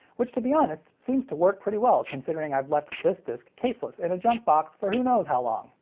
which to be honest seems to work pretty well considering i've left this disc caseless in a junk box for who knows how long.